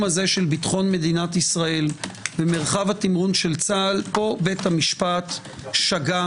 ביטחון מדינת ישראל במרחב התמרון של צה"ל או בית המשפט שגה